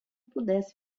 pudesse